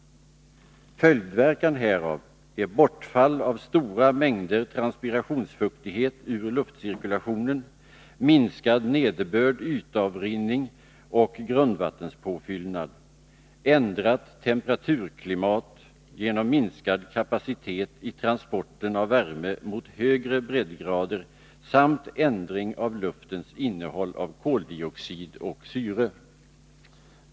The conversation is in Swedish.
Följdverkan härav är bortfall av stora mängder transpirationsfuktighet ur luftcirkulationen, minskad nederbörd, ytavrinning och grundvattenspåfyllnad, ändrat temperaturklimat genom minskad kapacitet i transporten av värme mot högre breddgrader samt ändring av luftens innehåll av koldioxid och syre.